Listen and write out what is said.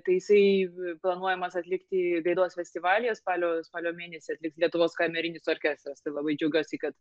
tai jisai planuojamas atlikti gaidos festivalyje spalio spalio mėnesį atliks lietuvos kamerinis orkestras tai labai džiaugiuosi kad